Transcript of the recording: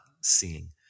seeing